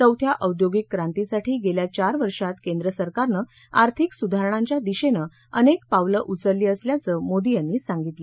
चौथ्या औद्योगिक क्रांतीसाठी गेल्या चार वर्षात केंद्र सरकारनं आर्थिक सुधारणांच्या दिशेनं अनेक पावलं उचलली असल्याचं मोदी यांनी सांगितलं